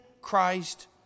Christ